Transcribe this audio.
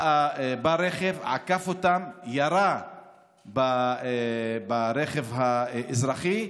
ורכב בא, עקף אותם, ירה ברכב האזרחי,